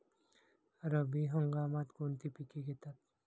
रब्बी हंगामात कोणती पिके घेतात?